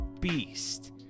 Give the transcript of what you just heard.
beast